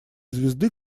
звезды